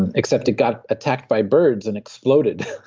and except it got attacked by birds and exploded.